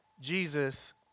Jesus